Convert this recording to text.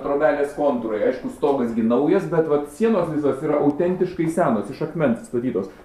trobelės kontūrai aišku stogas gi naujas bet vat sienos visos yra autentiškai senos iš akmens statytos